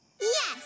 yes